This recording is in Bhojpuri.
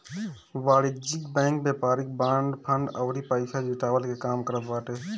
वाणिज्यिक बैंक व्यापारिक बांड, फंड अउरी पईसा जुटवला के काम करत बाटे